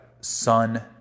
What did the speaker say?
sun